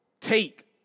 take